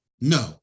no